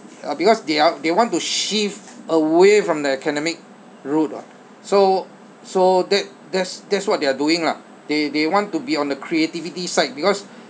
uh because they are they want to shift away from the academic route [what] so so that that's that's what they are doing lah they they wanted to be on the creativity side because